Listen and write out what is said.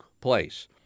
place